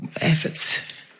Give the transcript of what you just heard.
efforts